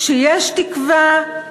שיש תקווה?